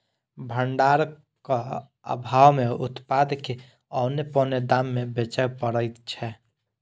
भंडारणक आभाव मे उत्पाद के औने पौने दाम मे बेचय पड़ैत छै